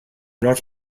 not